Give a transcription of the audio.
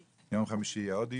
ביום חמישי יהיה עוד דיון,